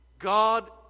God